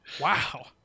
Wow